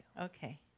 Okay